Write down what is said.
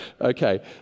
Okay